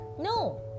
No